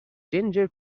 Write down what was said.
ginger